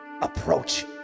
Approach